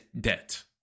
debt